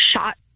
shot